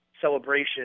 Celebration